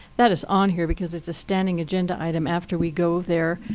that is on here because it's a standing agenda item after we go there.